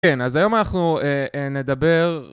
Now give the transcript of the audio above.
כן אז היום אנחנו נדבר